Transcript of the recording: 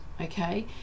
okay